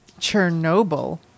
Chernobyl